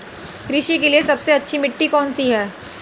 कृषि के लिए सबसे अच्छी मिट्टी कौन सी है?